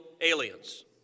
aliens